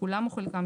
כולם או חלקם,